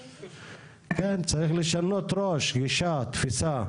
כן, צריך לשנות ראש, גישה, תפיסה.